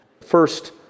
First